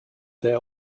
there